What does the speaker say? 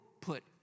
put